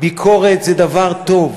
ביקורת זה דבר טוב.